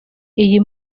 iyi